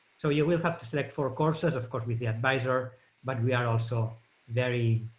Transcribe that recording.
so you will have to select four courses, of course with the advisor but we are also very